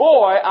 Boy